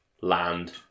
land